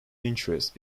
interest